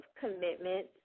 commitment